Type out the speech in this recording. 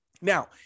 now